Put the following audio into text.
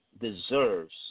deserves